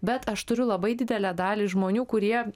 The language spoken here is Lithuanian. bet aš turiu labai didelę dalį žmonių kurie